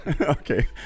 Okay